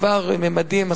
ממדים,